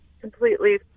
completely